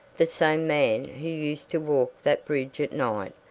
the same man used to walk that bridge at night,